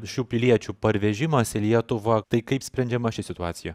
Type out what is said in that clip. šių piliečių parvežimas į lietuvą tai kaip sprendžiama ši situacija